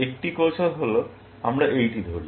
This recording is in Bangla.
একটি কৌশল হল আমরা এইটি ধরি